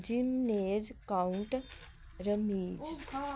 gym ਨੇਜ ਕਾਊਂਟ ਰਨੀਜ